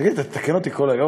תגיד, אתה תתקן אותי כל היום?